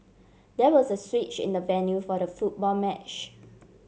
there was a switch in the venue for the football match